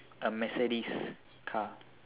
a Mercedes car